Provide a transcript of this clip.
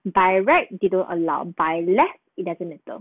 by right they don't allow by left it doesn't matter